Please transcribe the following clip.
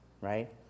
right